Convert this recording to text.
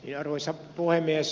arvoisa puhemies